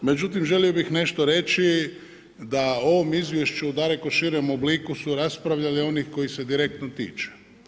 Međutim, želio bi nešto reći da u ovom izvješću daleko širem obliku su raspravljali onih kojih se direktno tiče.